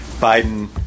Biden